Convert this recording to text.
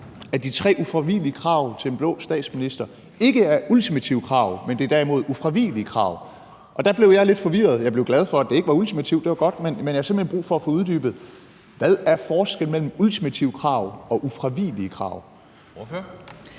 at de tre ufravigelige krav til en blå statsminister ikke er ultimative krav, men derimod ufravigelige krav. Og der blev jeg lidt forvirret. Jeg blev glad for, at det ikke var ultimativt, det var godt, men jeg har simpelt hen brug for at få uddybet, hvad forskellen er mellem ultimative krav og ufravigelige krav. Kl.